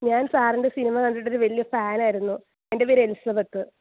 ഞാൻ സാറിന്റെ സിനിമ കണ്ടിട്ടൊരു വലിയ ഫാൻ ആയിരുന്നു എന്റെ പേര് എലിസബത്ത്